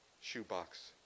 shoebox